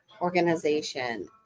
organization